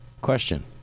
Question